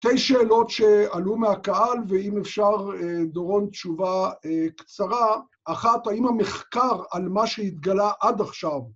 שתי שאלות שעלו מהקהל, ואם אפשר, דורון, תשובה קצרה. אחת, האם המחקר על מה שהתגלה עד עכשיו